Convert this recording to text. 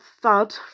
thud